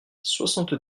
soixante